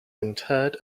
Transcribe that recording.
interred